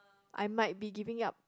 I might be giving up